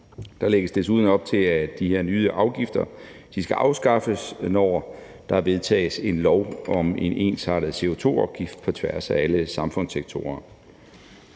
Der lægges desuden op til, at de her nye afgifter skal afskaffes, når der vedtages en lov om en ensartet CO2-afgift på tværs af alle samfundssektorer.